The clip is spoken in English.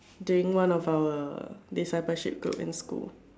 during one of our disciple shit group in school